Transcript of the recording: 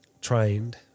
trained